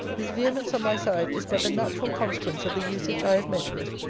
this vehemence on my side is but the natural consequence of the usage i have met with,